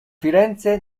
firenze